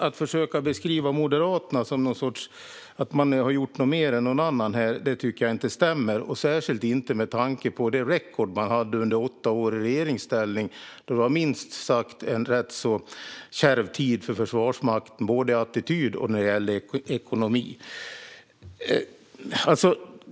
Att försöka beskriva det som om Moderaterna har gjort mer än någon annan här tycker jag inte stämmer, särskilt inte med tanke på det track record man hade under åtta år i regeringsställning. Det var en minst sagt kärv tid för Försvarsmakten när det gällde både attityd och ekonomi.